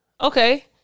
Okay